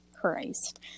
Christ